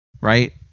right